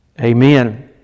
amen